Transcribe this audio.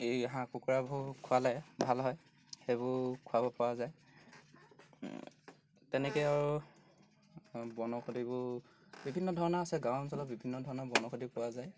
এই হাঁহ কুকুৰাবোৰক খোৱালে ভাল হয় সেইবোৰ খুৱাব পৰা যায় তেনেকৈ আৰু বনৌষধিবোৰ বিভিন্ন ধৰণৰ আছে গাঁও অঞ্চলত বিভিন্ন ধৰণৰ বনৌষধি পোৱা যায়